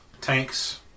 tanks